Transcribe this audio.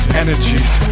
energies